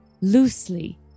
loosely